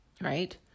right